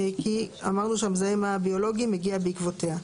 כי אמרנו שהמזהם הביולוגי מגיע בעקבותיה.